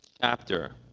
chapter